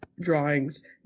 drawings